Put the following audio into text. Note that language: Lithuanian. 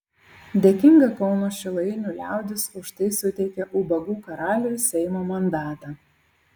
dėkinga kauno šilainių liaudis už tai suteikė ubagų karaliui seimo mandatą